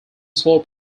slow